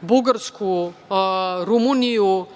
Bugarsku, Rumuniju,